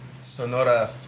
Sonora